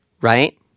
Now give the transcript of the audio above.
right